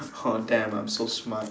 oh damn I'm so smart